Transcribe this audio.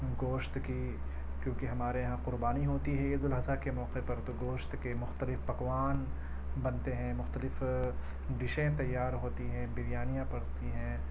گوشت کی کیونکہ ہمارے یہاں قربانی ہوتی ہے عیدالاضحیٰ کے موقعے پر تو گوشت کے مختلف پکوان بنتے ہیں مختلف ڈشیں تیار ہوتی ہیں بریانیاں پکتی ہیں